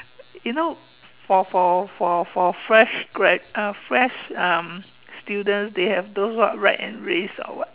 you know for for for for fresh grad uh fresh um students they have those what rag and race or what